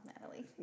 Natalie